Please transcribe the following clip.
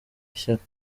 ishyaka